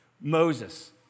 Moses